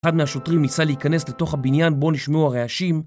אחד מהשוטרים ניסה להיכנס לתוך הבניין בו נשמעו הרעשים